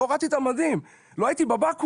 לא הורדתי את המדים, לא הייתי בבקו"ם.